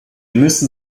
müssen